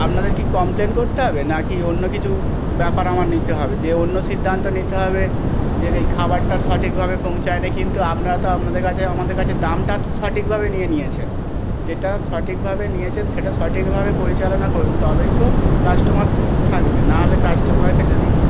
আপনাদের কি কমপ্লেন করতে হবে না কি অন্য কিছু ব্যাপার আমার নিতে হবে যে অন্য সিদ্ধান্ত নিতে হবে যে এই খাবারটা সঠিকভাবে পৌঁছায়নি কিন্তু আপনারা তো আপনাদের কাছে আমাদের কাছে দামটা সঠিকভাবে নিয়ে নিয়েছেন যেটা সঠিকভাবে নিয়েছেন সেটা সঠিকভাবে পরিচালনা করুন তবেই তো কাস্টমার থাকবে নাহলে কাস্টমারকে যদি